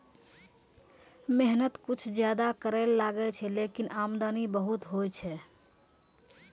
मेहनत कुछ ज्यादा करै ल लागै छै, लेकिन आमदनी बहुत होय छै